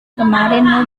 kemarin